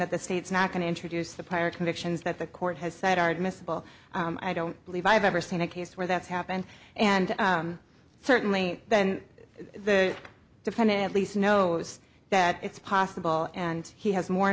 that the state's not going to introduce the prior convictions that the court has said are admissible i don't believe i've ever seen a case where that's happened and certainly then the defendant at least knows that it's possible and he has more